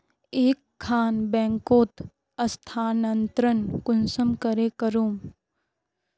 एक खान बैंकोत स्थानंतरण कुंसम करे करूम?